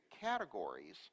categories